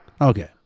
Okay